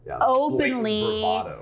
openly